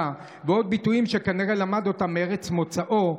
ועוד ביטויים שכנראה למד אותם מארץ מוצאו,